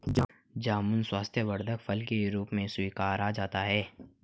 जामुन स्वास्थ्यवर्धक फल के रूप में स्वीकारा जाता है